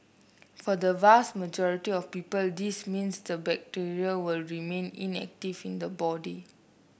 for the vast majority of people this means the bacteria will remain inactive in the body